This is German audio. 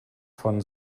von